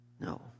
No